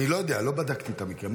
אני לא יודע, לא בדקתי את המקרה.